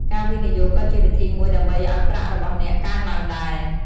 ការវិនិយោគក៏ជាវិធីមួយដើម្បីឲ្យប្រាក់របស់អ្នកកើនឡើងដែរ។